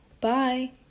Bye